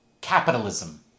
capitalism